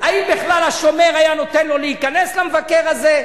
האם בכלל השומר היה נותן למבקר הזה להיכנס?